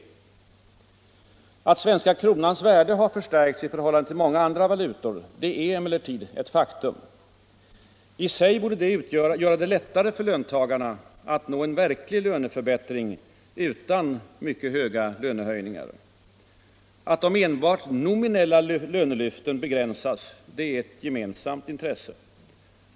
Att svenska kronans värde har förstärkts i förhållande till många andra valutor är emellertid ett faktum. I sig borde det göra det lättare för löntagarna att nå en verklig löneförbättring utan mycket höga lönehöjningar. Att de enbart nominella lyften begränsas är ett gemensamt intresse.